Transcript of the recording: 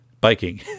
Biking